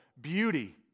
beauty